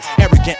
arrogant